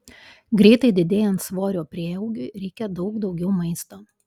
greitai didėjant svorio prieaugiui reikia daug daugiau maisto